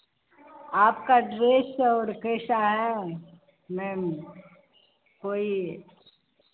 आपका ड्रेस और कैसा है मैम कोई